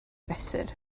fesur